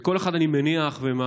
וכל אחד, אני מניח ומאמין,